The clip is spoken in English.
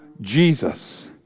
Jesus